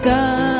God